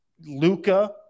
Luca